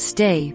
Stay